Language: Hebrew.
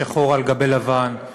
שחור על גבי לבן,